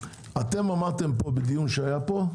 אתם אמרתם פה בדיון, שהיה פה,